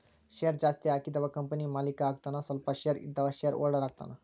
share ಜಾಸ್ತಿ ಹಾಕಿದವ company ಮಾಲೇಕ ಆಗತಾನ ಸ್ವಲ್ಪ ಶೇರ್ ಇದ್ದವ ಶೇರ್ ಹೋಲ್ಡರ್ ಆಗತಾನ